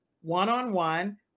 one-on-one